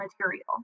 material